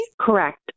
Correct